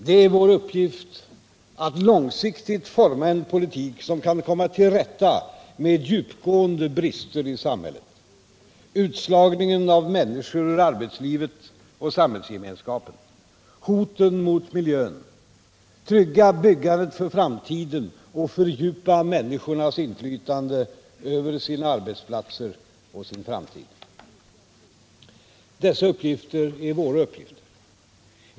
Det är vår uppgift att långsiktigt forma en politik som kan komma till rätta med djupgående brister i samhället — utslagningen av människor ur arbetslivet och samhällsgemenskapen, hoten mot miljön — trygga byggandet för framtiden och fördjupa människornas inflytande över sina arbetsplatser och sin framtid. Dessa uppgifter är våra uppgifter.